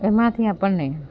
એમાંથી આપણને